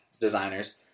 designers